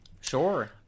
Sure